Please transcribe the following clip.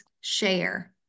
share